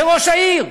זה ראש העיר,